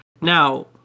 Now